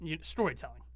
storytelling